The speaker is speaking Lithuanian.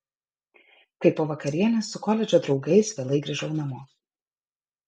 kai po vakarienės su koledžo draugais vėlai grįžau namo